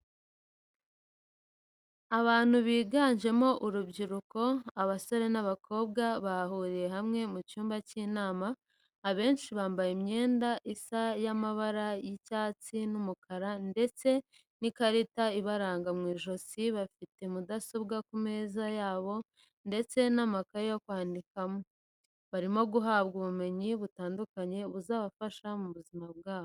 Abantu biganjemo urubyiruko abasore n'abakobwa bahuriye hamwe mu cyumba cy'inama abenshi bambaye imyenda isa y'amabara y'icyatsi n'umukara ndetse n'ikarita ibaranga mw'ijosi bafite mudasobwa ku meza yabo ndetse n'amakaye yo kwandikamo, barimo guhabwa ubumenyi butandukanye buzabafasha mu buzima bwabo.